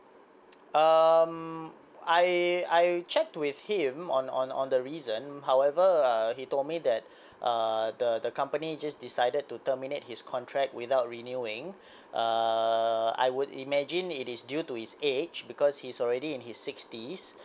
um I I'll check with him on on on the reason however err he told me that uh the the company just decided to terminate his contract without renewing uh I would imagine it is due to his age because he's already in his sixties